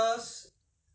right